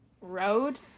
road